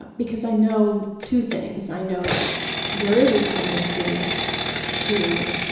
ah because i know two things. i know that there is a tendency to,